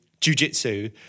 jujitsu